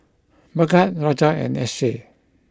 Bhagat Raja and Akshay